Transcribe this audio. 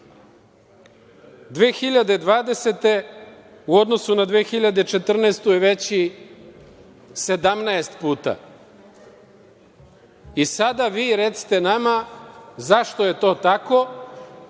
2020. u odnosu na 2014. godinu je veći 17 puta. Sada vi recite nama zašto je to tako